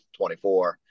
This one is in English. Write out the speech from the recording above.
24